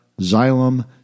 Xylem